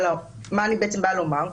מה אני בעצם באה לומר?